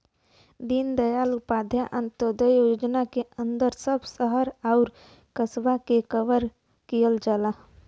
दीनदयाल उपाध्याय अंत्योदय योजना के अंदर सब शहर आउर कस्बा के कवर किहल जाई